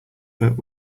but